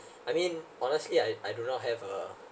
I mean honestly I I do not have a